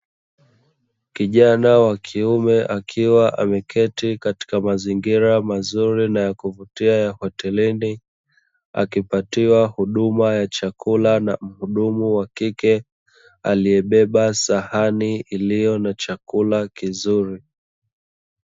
Kijana wa kiume akiwa ameketi katika mazingira mazuri na yakuvutia ya hotelini akipatiwa huduma ya chakula na muhudu wa kike kikiwa na chakula kizuri.